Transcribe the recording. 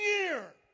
year